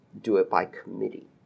do-it-by-committee